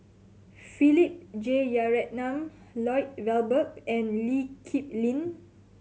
Philip Jeyaretnam Lloyd Valberg and Lee Kip Lin